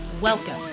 welcome